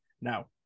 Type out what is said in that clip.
Now